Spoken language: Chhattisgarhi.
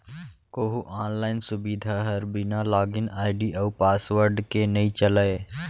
कोहूँ आनलाइन सुबिधा हर बिना लॉगिन आईडी अउ पासवर्ड के नइ चलय